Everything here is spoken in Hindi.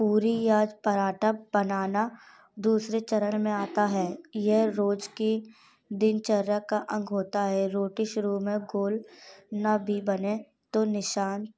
पूरी या पराठा बनाना दूसरे चरण में आता है ये रोज़ की दिनचर्या का यंग होता है रोटी शुरू में गोल ना भी बने तो निराश